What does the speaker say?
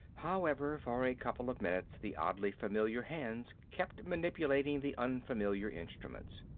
however, for a couple of minutes the oddly familiar hands kept manipulating the unfamiliar instruments.